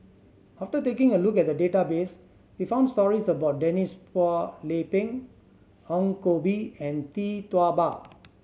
after taking a look at the database we found stories about Denise Phua Lay Peng Ong Koh Bee and Tee Tua Ba